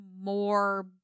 more